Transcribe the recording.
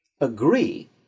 agree